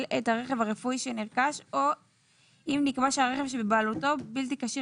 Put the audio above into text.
את הרכב רפואי שנרכש או אם נקבע שהרכב שבבעלותו בלתי כשיר